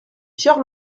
pierre